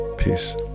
Peace